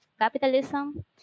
capitalism